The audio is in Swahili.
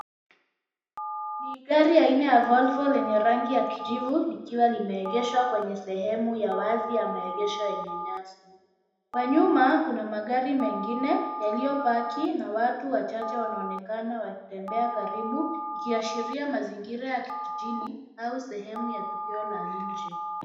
Ni gari aina ya Volvo lenye rangi ya kijivu likiwa limeegeshwa kwenye sehemu ya wazi ya maegesho yenye nyasi. Kwa nyuma kuna magari mengine yaliyopaki na watu wachache wanaonekana wakitembea karibu ikiashiria mazingira ya kijijini au sehemu ya tukio la nje.